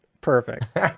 Perfect